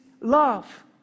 love